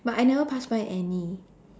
but I never pass by any